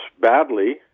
badly